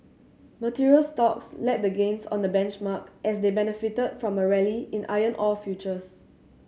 materials stocks led the gains on the benchmark as they benefited from a rally in iron ore futures